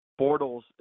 Bortles